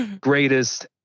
greatest